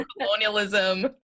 colonialism